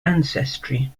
ancestry